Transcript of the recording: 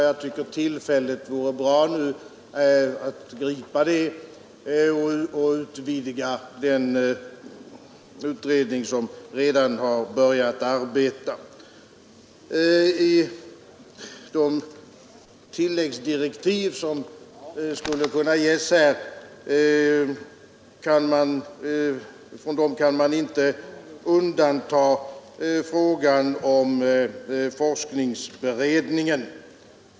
Jag tycker tillfället nu vore lämpligt att utvidga den utredning som redan har börjat arbeta. Från de tilläggsdirektiv som skulle kunna ges här kan man inte undanta frågan om forskningsberedningen.